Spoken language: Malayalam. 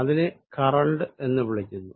അതിനെ കറന്റ് എന്ന് വിളിക്കുന്നു